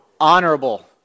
Honorable